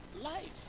life